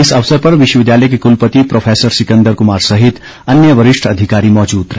इस अवसर पर विश्वविद्यालय के कुलपति प्रोफैसर सिकंदर कुमार सहित अन्य वरिष्ठ अधिकारी मौजूद रहे